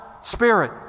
spirit